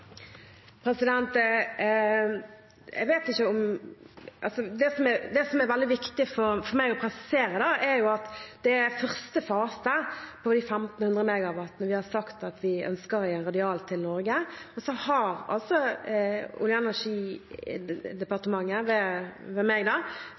Det som er veldig viktig for meg å presisere, er at det er første fase av de 1 500 MW vi har sagt at vi ønsker i en radial til Norge. Så har Olje- og